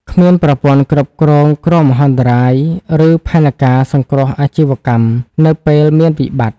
គ្មានប្រព័ន្ធគ្រប់គ្រងគ្រោះមហន្តរាយ ឬផែនការសង្គ្រោះអាជីវកម្ម នៅពេលមានវិបត្តិ។